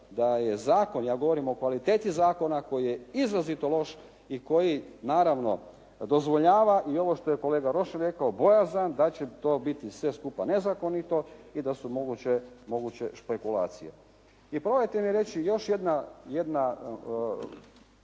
da je zakon, ja govorim o kvaliteti zakona koji je izrazito loš i koji naravno dozvoljava, i ovo što je kolega Rošin rekao, bojazan da će to biti sve skupa nezakonito i da su moguće špekulacije. I probajte mi reći, još jedna,